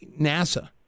NASA